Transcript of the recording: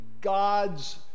God's